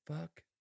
fuck